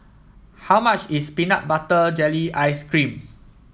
how much is Peanut Butter Jelly Ice cream